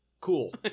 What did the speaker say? cool